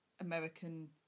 American